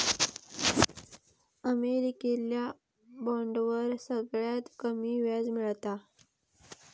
अमेरिकेतल्या बॉन्डवर सगळ्यात कमी व्याज मिळता